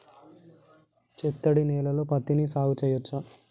చిత్తడి నేలలో పత్తిని సాగు చేయచ్చా?